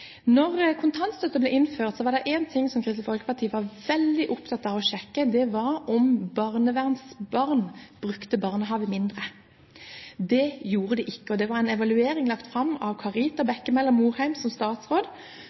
ble innført, var det én ting Kristelig Folkeparti var veldig opptatt av å sjekke, og det var om barnevernsbarn brukte barnehagen mindre. Det gjorde de ikke. Det var en evaluering lagt fram av Karita Bekkemellem, daværende statsråd,